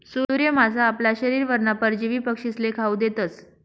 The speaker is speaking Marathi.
सूर्य मासा आपला शरीरवरना परजीवी पक्षीस्ले खावू देतस